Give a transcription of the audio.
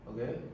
Okay